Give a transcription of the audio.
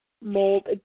mold